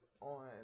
on